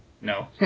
no